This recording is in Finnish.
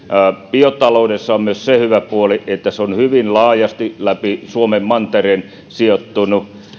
biotaloudessa on myös se hyvä puoli että se on hyvin laajasti läpi suomen mantereen sijoittunut